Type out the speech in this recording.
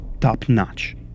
top-notch